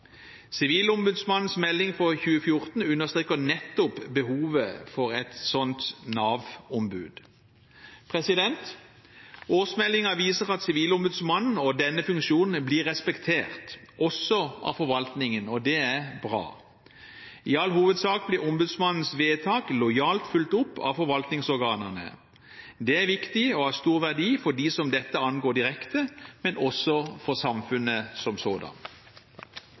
Sivilombudsmannens melding for 2014 understreker nettopp behovet for et sånt Nav-ombud. Årsmeldingen viser at Sivilombudsmannen og denne funksjonen blir respektert også av forvaltningen, og det er bra. I all hovedsak blir ombudsmannens vedtak lojalt fulgt opp av forvaltningsorganene. Det er viktig og har stor verdi for dem dette angår direkte, men også for samfunnet som